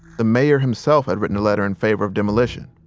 the mayor himself had written a letter in favor of demolition.